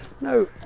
No